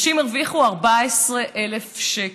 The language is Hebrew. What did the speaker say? נשים הרוויחו 14,000 שקל.